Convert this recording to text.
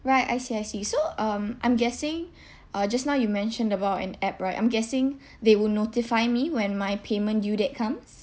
right I see I see so um I'm guessing uh just now you mentioned about an app right I'm guessing they would notify me when my payment due date comes